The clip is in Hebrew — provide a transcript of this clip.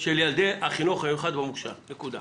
של ילדי החינוך המיוחד והמוכש"ר, נקודה?